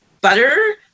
butter